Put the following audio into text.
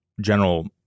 general